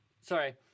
sorry